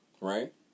right